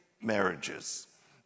marriages